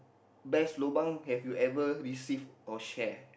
best lobang have you ever received or share